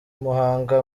muhanga